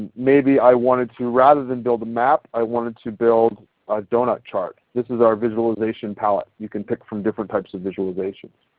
maybe i wanted to rather than build a map i wanted to build a donut chart. this is our visualization palette. you can pick from different types of visualizations.